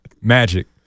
Magic